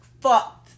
fucked